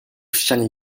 ścianie